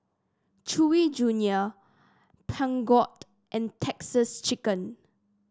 Chewy Junior Peugeot and Texas Chicken